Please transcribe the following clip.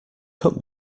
cut